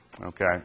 Okay